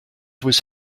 was